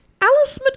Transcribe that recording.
Alice